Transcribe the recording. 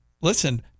listen